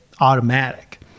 automatic